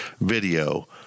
video